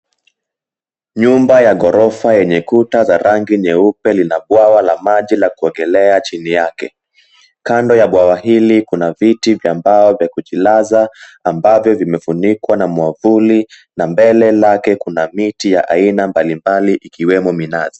Nyumba ya ghorofa yenye kuta za rangi nyeupe lina bwawa la maji la kuogelea chini yake. Kando ya bwawa hili kuna viti vya mbao vya kujilaza ambavyo vimefunikwa na mwavuli na mbele lake kuna miti za aina mbalimbali ikiwemo minazi.